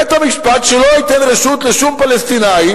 בית-המשפט שלא ייתן שום רשות לשום פלסטיני,